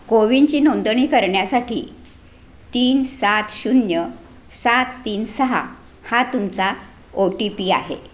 कोविनची नोंदणी करण्यासाठी तीन सात शून्य सात तीन सहा हा तुमचा ओ टी पी आहे